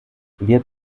wird